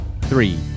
three